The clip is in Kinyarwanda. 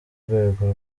rwego